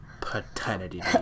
Paternity